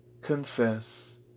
confess